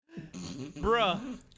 bruh